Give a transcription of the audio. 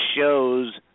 shows